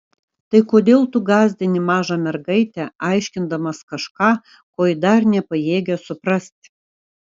tai kodėl tu gąsdini mažą mergaitę aiškindamas kažką ko ji dar nepajėgia suprasti